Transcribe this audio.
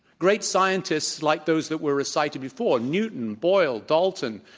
great scientists like those that were recited before, newton, boyle, dalton,